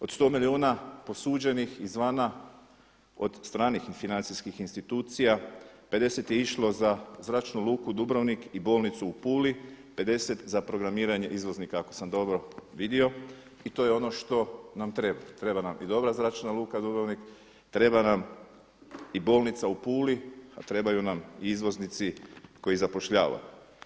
Od 100 milijuna posuđenih izvana od stranih i financijskih institucija 50 je išlo za zračnu luku Dubrovnik i bolnicu u Puli, 50 za programiranje izvoznika ako sam dobro vidio i to je ono što nam treba, treba nam i dobra zračna luka Dubrovnik, treba nam i bolnica u Puli a trebaju nam i izvoznici koji zapošljavaju.